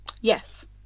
Yes